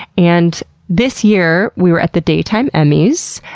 and this year we were at the daytime emmys,